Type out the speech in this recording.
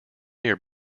near